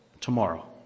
tomorrow